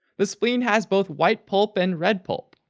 the spleen has both white pulp and red pulp.